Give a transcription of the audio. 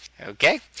okay